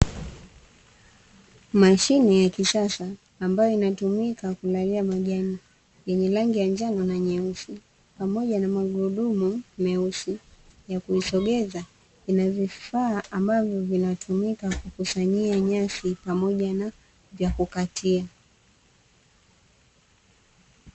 Mashine ya kisasa ambayo inatumika kulalia majani yenye rangi ya njano na nyeusi pamoja na magurudumu meusi ambayo yakuisogezaa, inavifaa ambavyo vinatumika kukusanyia nyasi pamoja na vya kukatia.